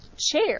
chair